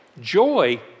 Joy